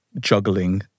juggling